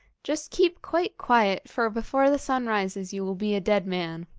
just keep quite quiet, for before the sun rises you will be a dead man